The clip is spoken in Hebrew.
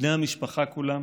בני המשפחה כולם,